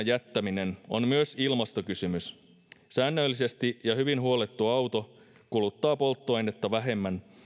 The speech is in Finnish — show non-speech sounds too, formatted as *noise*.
*unintelligible* jättäminen on myös ilmastokysymys säännöllisesti ja hyvin huollettu auto kuluttaa polttoainetta vähemmän